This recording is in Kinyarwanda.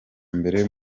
mbere